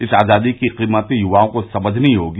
इस आजादी की कीमत युवाओं को समझनी होगी